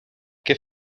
què